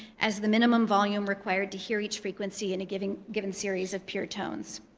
as the minimum volume required to hear each frequency in a given given series of pure tones.